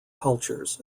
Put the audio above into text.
cultures